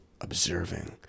observing